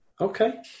Okay